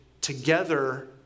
together